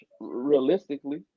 realistically